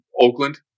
Oakland